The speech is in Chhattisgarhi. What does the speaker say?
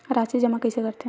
राशि जमा कइसे करथे?